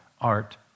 art